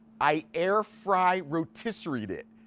i air fry rotisseried it.